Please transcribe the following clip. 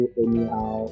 anyhow